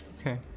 Okay